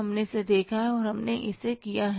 हमने इसे देखा है और हमने किया है